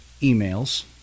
emails